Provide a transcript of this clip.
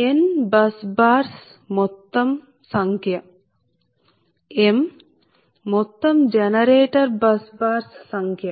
n bus bars మొత్తం సంఖ్య m మొత్తం జనరేటర్ బస్ బార్స్ సంఖ్య